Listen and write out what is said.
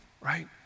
right